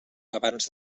abans